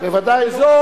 בוודאי.